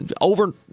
over